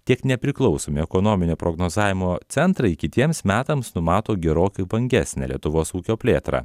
tiek nepriklausomi ekonominio prognozavimo centrai kitiems metams numato gerokai vangesnę lietuvos ūkio plėtrą